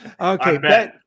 Okay